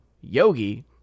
Yogi